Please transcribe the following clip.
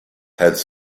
health